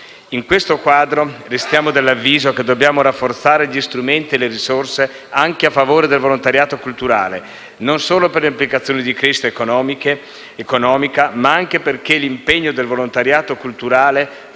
In questo quadro, restiamo dell'avviso che dobbiamo rafforzare gli strumenti e le risorse anche a favore del volontariato culturale, non solo per le implicazioni di crescita economica, ma anche perché l'impegno del volontariato culturale